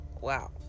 wow